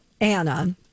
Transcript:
Anna